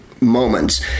Moments